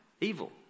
evil